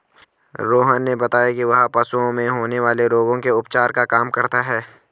रोहन ने बताया कि वह पशुओं में होने वाले रोगों के उपचार का काम करता है